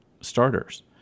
starters